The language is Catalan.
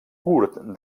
curt